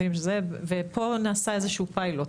ופה נעשה איזשהו פיילוט,